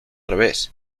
revés